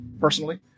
Personally